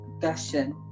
discussion